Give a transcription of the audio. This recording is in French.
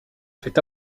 fait